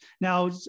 now